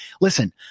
listen